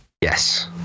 yes